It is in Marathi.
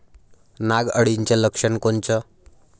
नाग अळीचं लक्षण कोनचं?